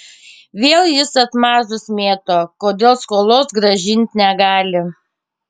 vėl jis atmazus mėto kodėl skolos grąžint negali